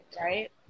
right